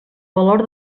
valor